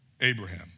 Abraham